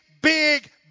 big